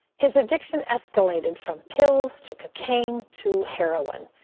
his addiction escalated from pills to cocaine to heroin.